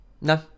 No